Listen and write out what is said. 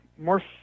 more